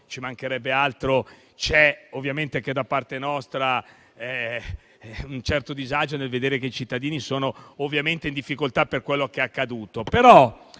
Ci mancherebbe altro e c'è da parte nostra un certo disagio nel vedere che i cittadini sono ovviamente in difficoltà per quello che è accaduto.